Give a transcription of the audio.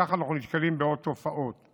ככה אנחנו נתקלים בעוד תופעות.